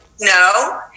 no